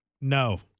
No